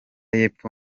y’epfo